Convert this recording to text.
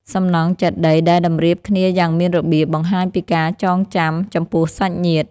សំណង់ចេតិយដែលតម្រៀបគ្នាយ៉ាងមានរបៀប បង្ហាញពីការចងចាំចំពោះសាច់ញាតិ។